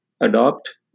adopt